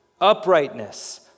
uprightness